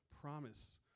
promise